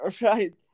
right